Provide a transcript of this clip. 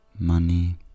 money